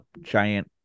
giant